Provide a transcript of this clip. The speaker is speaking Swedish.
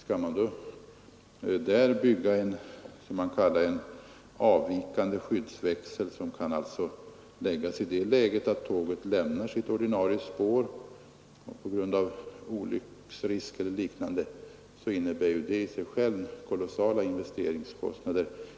Om man där skulle bygga en s.k. avvikande skyddsväxel, som kan läggas i sådant läge att tåget på grund av olycksrisk e. d. kan lämna sitt ordinarie spår, skulle det innebära kolossala investeringskostnader.